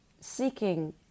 seeking